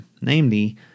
namely